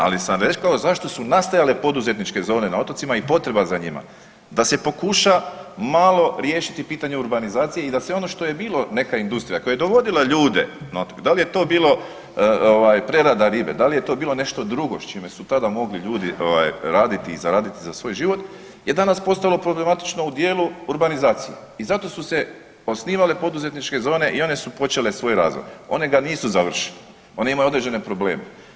Ali sam rekao zašto su nastajale poduzetničke zone na otocima i potreba za njima, da se pokuša malo riješiti pitanje urbanizacije i da se ono što je bilo neka industrija koja je dovodila ljude na otoke, da li je to bilo ovaj prerada ribe, da li je to bilo nešto drugo s čime su tada mogli ljudi ovaj raditi i zaraditi za svoj život je danas postalo problematično u dijelu urbanizacije i zato su se osnivale poduzetničke zone i one su počele svoj razvoj, one ga nisu završile, one imaju određene probleme.